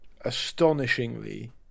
astonishingly